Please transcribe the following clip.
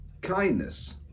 kindness